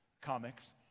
comics